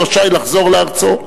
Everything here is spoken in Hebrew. רשאי לחזור לארצו,